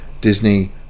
Disney